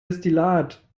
destillat